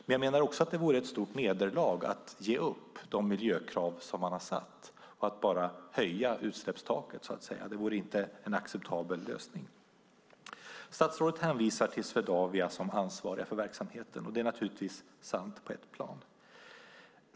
Det vore också ett stort nederlag att ge upp de miljökrav som man har satt och höja utsläppstaket. Det vore inte en acceptabel lösning. Statsrådet hänvisar till Swedavia som ansvariga för verksamheten, och det är naturligtvis sant på ett plan.